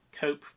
cope